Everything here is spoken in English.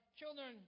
children